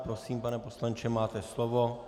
Prosím, pane poslanče, máte slovo.